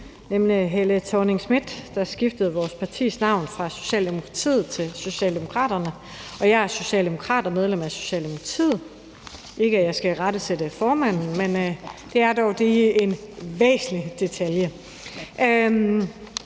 nemlig Helle Thorning-Schmidt, der skiftede vores partis navn fra Socialdemokratiet til Socialdemokraterne. Jeg er socialdemokrat og medlem af Socialdemokratiet; det er ikke for, at jeg skal irettesætte formanden, men det er dog lige en væsentlig detalje.